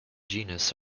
genus